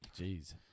Jeez